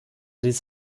dies